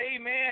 amen